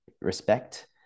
respect